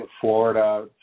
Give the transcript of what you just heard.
Florida